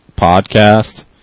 podcast